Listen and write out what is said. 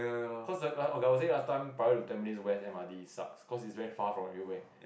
cause the okay I was said last time private to Tampines West M_R_T sucks cause is very from Hillway